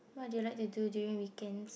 what they like to do during weekends